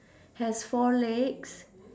has four legs